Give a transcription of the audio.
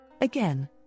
Again